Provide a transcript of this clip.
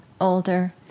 older